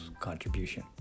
contribution